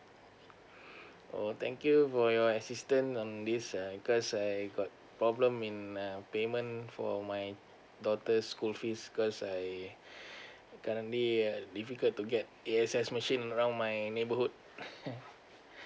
oh thank you for your assistant um this uh because I got problem in um payment for my daughter's school fees cause I currently uh difficult to get A_X_S machine around my neighbourhood